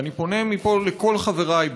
ואני פונה מפה לכל חבריי,